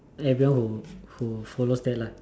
everyone who who follows that lah